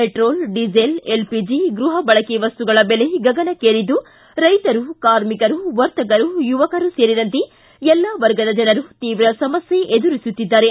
petrol diesel ಎಲ್ಒಜಿ ಗೃಹ ಬಳಕೆ ವಸ್ತುಗಳ ಬೆಲೆ ಗಗನಕ್ಕೇರಿದ್ದು ರೈತರು ಕಾರ್ಮಿಕರು ವರ್ತಕರು ಯುವಕರು ಸೇರಿದಂತೆ ಎಲ್ಲ ವರ್ಗದ ಜನರು ತೀವ್ರ ಸಮಸ್ಕೆ ಎದುರಿಸುತ್ತಿದ್ದಾರೆ